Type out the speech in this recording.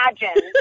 imagine